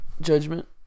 judgment